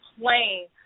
playing